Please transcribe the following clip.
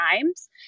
times